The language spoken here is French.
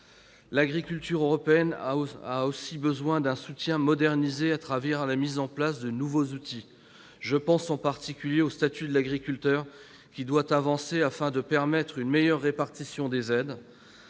L'agriculture européenne a besoin aussi d'un soutien modernisé, à travers la mise en place de nouveaux outils. Je pense en particulier au statut de l'agriculteur, qui doit avancer afin de permettre une meilleure répartition des aides.